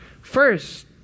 First